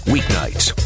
Weeknights